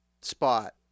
spot